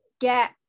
get